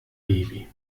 baby